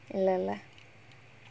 இல்ல இல்ல:illa illa